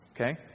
Okay